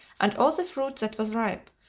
and all the fruit that was ripe,